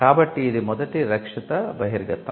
కాబట్టి ఇది మొదటి రక్షిత బహిర్గతం